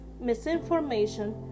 misinformation